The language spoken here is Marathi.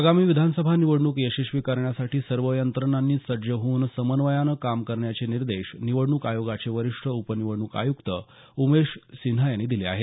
आगामी विधानसभा निवडणूक यशस्वी करण्यासाठी सर्व यंत्रणांनी सज्ज होऊन समन्वयानं काम करण्याचे निर्देश निवडणूक आयोगाचे वरिष्ठ उप निवडणूक आयुक्त उमेश सिन्हा यांनी दिले आहेत